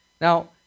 Now